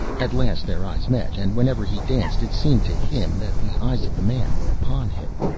at last their eyes met, and wherever he danced it seemed to him that the eyes of the man were upon him.